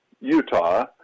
Utah